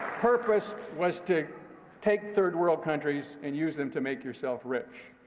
purpose was to take third world countries and use them to make yourself rich.